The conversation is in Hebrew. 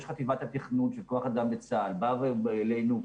חטיבת התכנון של כוח אדם בצה"ל אומר לוועדה